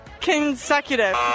consecutive